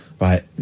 right